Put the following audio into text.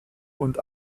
und